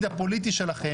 ובהחלט, בהחלט היינו מנצחים.